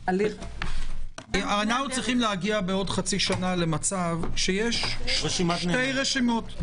אנו צריכים להגיע בעוד חצי שנה למצב שיש שתי רשימות.